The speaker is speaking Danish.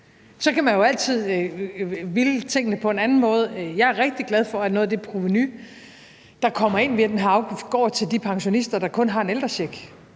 Så kan man jo altid ville tingene på en anden måde. Jeg er rigtig glad for, at noget af det provenu, der kommer ind via den her afgift, går til de pensionister, der kun har en ældrecheck,